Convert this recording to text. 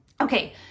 okay